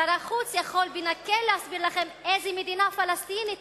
שר החוץ יכול בנקל להסביר לכם איזו מדינה פלסטינית